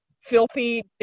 filthy